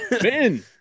Ben